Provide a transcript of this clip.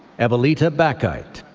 evelita backyte.